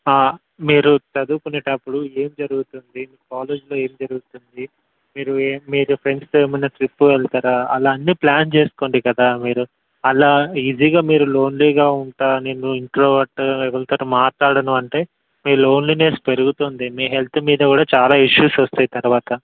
మీరు చదువుకునేటప్పుడు ఏం జరుగుతుంది కాలేజ్లో ఏం జరుగుతుంది మీరు మీరు ఫ్రెండ్స్తో ఏమన్నా ట్రిప్ వెళ్తారా అలా అన్నీ ప్లాన్ చేసుకోండి కదా మీరు అలా ఈజీగా మీరు లోన్లీగా ఉంటాను నేను ఇంట్లోని ఎవళ్ళతోటి మాట్లాడను అంటే మీ లోన్లీనెస్ పెరుగుతుంది మీ హెల్త్ మీద కూడా చాలా ఇష్యూస్ వస్తయి తర్వాత